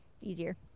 easier